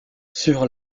sur